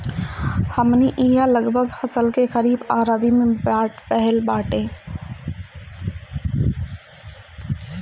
हमनी इहाँ लगभग फसल के खरीफ आ रबी में बाँट देहल बाटे